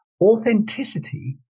authenticity